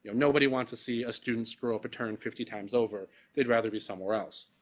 nobody wants to see a student screw up a turn fifty times over they'd rather be somewhere else.